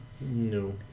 No